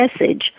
message